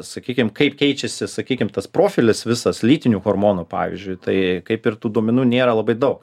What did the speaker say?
sakykim kaip keičiasi sakykim tas profilis visas lytinių hormonų pavyzdžiui tai kaip ir tų duomenų nėra labai daug